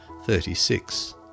36